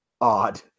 odd